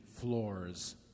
floors